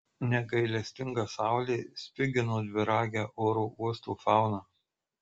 negailestinga saulė spigino dviragę oro uosto fauną